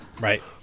right